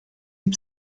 mit